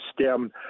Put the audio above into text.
stem